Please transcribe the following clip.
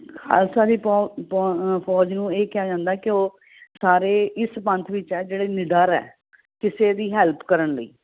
ਖਾਲਸਾ ਜੀ ਫੋ ਫੋ ਫੌਜ ਨੂੰ ਇਹ ਕਿਹਾ ਜਾਂਦਾ ਕਿ ਉਹ ਸਾਰੇ ਇਸ ਪੰਥ ਵਿੱਚ ਹੈ ਜਿਹੜੇ ਨਿਡਰ ਹੈ ਕਿਸੇ ਦੀ ਹੈਲਪ ਕਰਨ ਲਈ